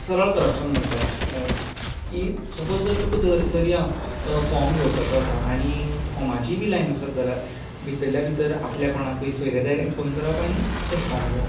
सरळ करपशन म्हणटां की सपोझ जर तुका दरया फोर्म घेवपाचो आनी फोर्माची बी लायन आसत जाल्यार भितरल्या भितर आपल्या कोणाकूय सोयऱ्यां धायऱ्यांक फोन करप आनी तें फोर्म घेवप